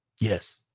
Yes